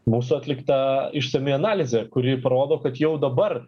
mūsų atlikta išsami analizė kuri parodo kad jau dabar